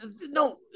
No